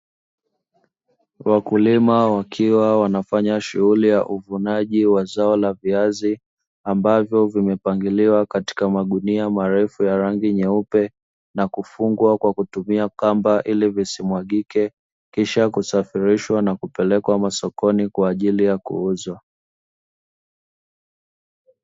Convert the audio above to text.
Wakulima wakiwa wanafanya shughuli ya uvunaji wa zao la viazi ambavyo vimepangailiwa katika magunia marefu ya rangi nyeupe na kufungwa kwa kutumia kamba ili visimwagike kisha kusafirishwa na kupelekwa masokoni kwa ajili ya kuuzwa.